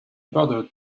bothered